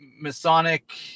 Masonic